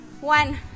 One